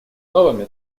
новыми